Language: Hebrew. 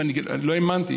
אני לא האמנתי.